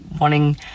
wanting